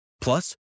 Plus